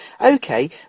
okay